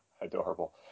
adorable